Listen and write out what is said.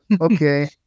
okay